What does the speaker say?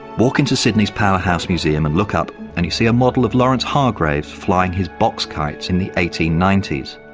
walk into sydney's powerhouse museum and look up and you see a model of lawrence hargraves flying his box kites in the eighteen ninety s.